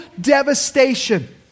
devastation